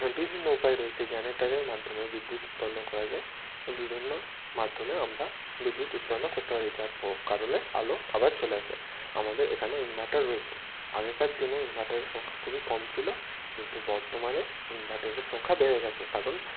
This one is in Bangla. বিভিন্ন উপায় রয়েছে জেনেরেটরের মাধ্যমেও বিদ্যুৎ উৎপন্ন করা যায় বিভিন্ন মাধ্যমেও আমরা বিদ্যুৎ উৎপন্ন করতে পারি যার পো কারণে আলো আবার চলে আসে আমাদের এখানে ইনভারটার রয়েছে আগেকার দিনে ইনভারটারের সংখ্যা খুবই কম ছিলো কিন্তু বর্তমানে ইনভাটারের সংখ্যা বেড়ে গেছে কারণ